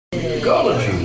Ecology